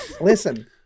Listen